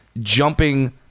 jumping